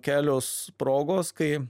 kelios progos kai